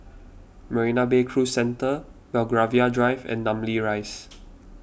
Marina Bay Cruise Centre Belgravia Drive and Namly Rise